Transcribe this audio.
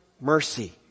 mercy